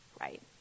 right